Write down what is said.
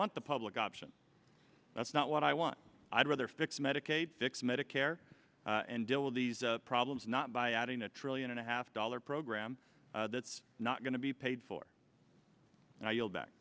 want the public option that's not what i want i'd rather fix medicaid fix medicare and deal with these problems not by adding a trillion and a half dollar program that's not going to be paid for now you'll back